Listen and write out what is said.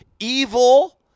evil